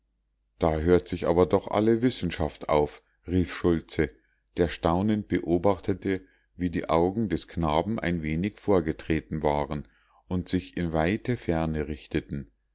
da hört sich aber doch alle wissenschaft auf rief schultze der staunend beobachtete wie die augen des knaben ein wenig vorgetreten waren und sich in weite ferne richteten